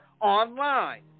online